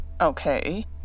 Okay